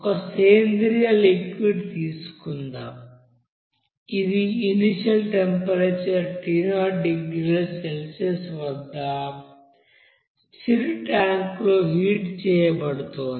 ఒక సేంద్రీయ లిక్విడ్ పరిశీలిద్దాం ఇది initial temperature T0 degree Celsius వద్ద స్టిర్ ట్యాంక్లో హీట్ చేయబడుతోంది